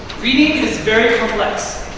reading is very complex.